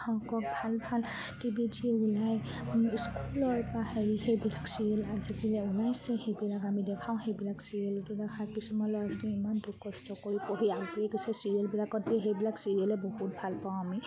আকৌ ভাল ভাল টি ভিত যি ওলায় স্কুলৰ বা হেৰি সেইবিলাক চিৰিয়েল আজিকালি ওলাইছে সেইবিলাক আমি দেখাওঁ সেইবিলাক চিৰিয়েল দেখায় কিছুমান ল'ৰা ছোৱালী ইমান দুখ কষ্ট কৰি পঢ়ি আগবাঢ়ি গৈছে চিৰিয়েলবিলাকত সেইবিলাক চিৰিয়েলেই বহুত ভাল পাওঁ আমি